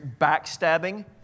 backstabbing